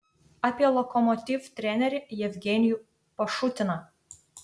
apie lokomotiv trenerį jevgenijų pašutiną